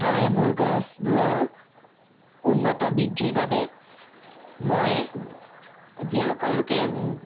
হয় মোৰ গছবোৰৰ উন্নত বৃদ্ধিৰ বাবে মই যিসকল লোকে